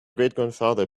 greatgrandfather